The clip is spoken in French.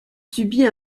subit